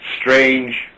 strange